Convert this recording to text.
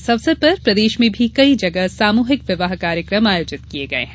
इस अवसर पर प्रदेश में भी कई जगह सामूहिक विवाह कार्यक्रम आयोजित किये गये हैं